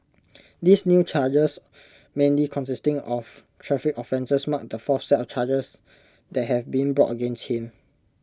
these new charges mainly consisting of traffic offences mark the fourth set of charges that have been brought against him